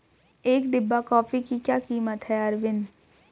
एक डिब्बा कॉफी की क्या कीमत है अरविंद?